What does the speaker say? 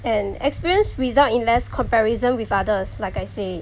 and experience result in less comparison with others like I say